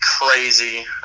crazy